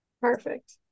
Perfect